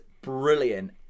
brilliant